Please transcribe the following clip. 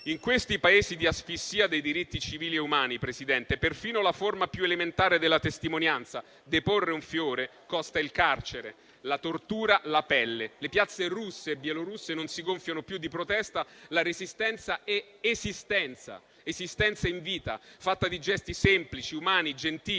In questi Paesi di asfissia dei diritti civili e umani, perfino la forma più elementare della testimonianza, deporre un fiore, costa il carcere, la tortura, la pelle. Le piazze russe e bielorusse non si gonfiano più di protesta. La resistenza è esistenza; esistenza in vita fatta di gesti semplici, umani, gentili,